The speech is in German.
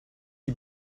die